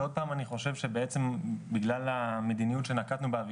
אני חושב שבעצם בגלל המדיניות שנקטנו בה,